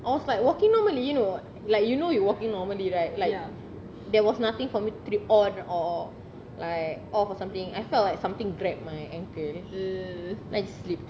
I was like walking normally you know like you know you walking normally right like are there was nothing for me to trip on or like off or something I felt like something grab my ankle then I slipped